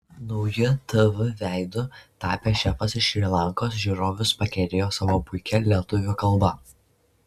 nauju tv veidu tapęs šefas iš šri lankos žiūrovus pakerėjo savo puikia lietuvių kalba